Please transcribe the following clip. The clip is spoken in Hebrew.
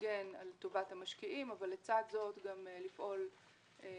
להגן על טובת המשקיעים אבל לצד זאת גם לפעול בתחום